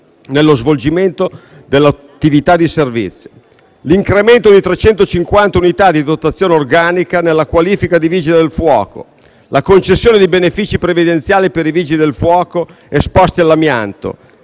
nello svolgimento dell'attività di servizio; l'incremento di 350 unità di dotazione organica nella qualifica di Vigile del fuoco; la concessione di benefici previdenziali per i Vigili del fuoco esposti all'amianto;